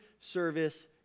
service